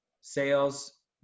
sales